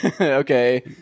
Okay